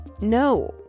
No